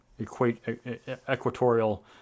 equatorial